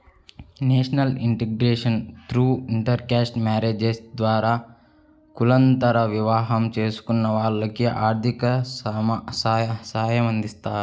national integration through intercaste marriages ద్వారా కులాంతర వివాహం చేసుకున్న వాళ్లకి ఆర్థిక సాయమందిస్తారు